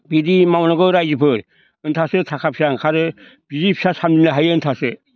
बिदि मावनांगौ राइजोफोर होनब्लासो थाखा फैसा ओंखारो बिदि फैसा खामायनो हायो होनब्लासो